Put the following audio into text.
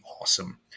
awesome